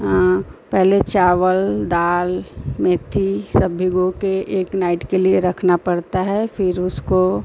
पहले चावल दाल मेथी सब भिगोकर एक नाइट के लिए रखना पड़ता है फिर उसको